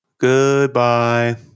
Goodbye